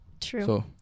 True